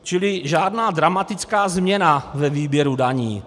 Čili žádná dramatická změna ve výběru daní.